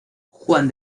juan